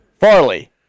Farley